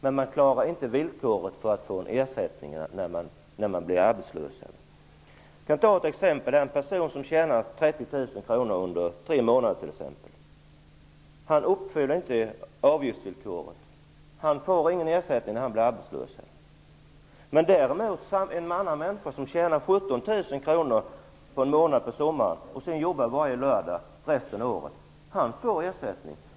Men man klarar inte avgiftsvillkoret för att få ersättning när man blir arbetslös. Jag skall ta ett exempel. En person tjänar 30 000 under tre månader. Han uppfyller inte avgiftsvillkoret. Han får ingen ersättning när han blir arbetslös. Däremot får en person som tjänar 17 000 kr under en månad en sommar och därefter jobbar varje lördag resten av året ersättning.